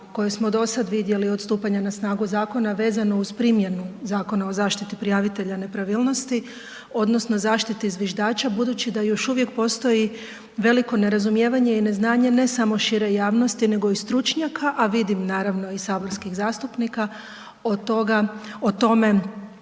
koje smo do sada vidjeli od stupanja na snagu zakona, vezano uz primjenu Zakona o zaštiti prijavitelja nepravilnosti odnosno zaštiti zviždača, budući da još uvijek postoji veliko nerazumijevanje i neznanje ne samo šire javnosti nego i stručnjaka, a vidim naravno i saborskih zastupnika o tome